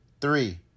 Three